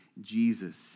Jesus